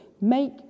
Make